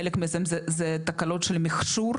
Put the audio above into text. חלק מזה זה תקלות של מכשור,